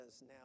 now